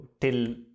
till